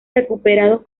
recuperados